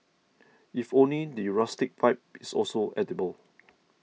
if only the rustic vibe is also edible